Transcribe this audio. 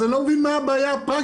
אז אני לא מבין מה הבעיה הפרקטית.